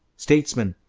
statesmen,